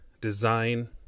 design